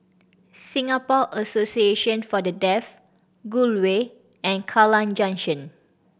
Singapore Association For The Deaf Gul Way and Kallang Junction